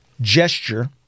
gesture